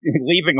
leaving